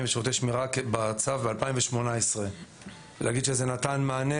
ושירותי שמירה בצו ב-2018; זה נתן מענה?